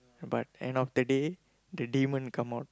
but end of the day the demon come out